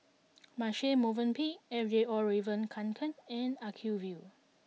Marche Movenpick Fjallraven Kanken and Acuvue